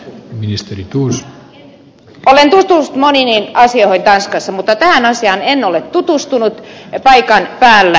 olen tutustunut moniin asioihin tanskassa mutta tähän asiaan en ole tutustunut paikan päällä